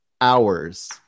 hours